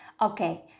okay